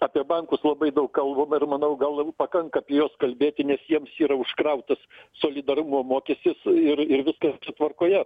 apie bankus labai daug kalbu bet manau galbūt pakanka apie juos kalbėti nes jiems yra užkrautas solidarumo mokestis ir ir viskas čia tvarkoje